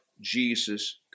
Jesus